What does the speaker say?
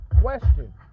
Question